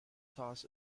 sauce